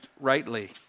rightly